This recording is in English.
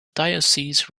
diocese